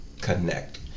connect